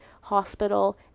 hospital